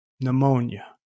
pneumonia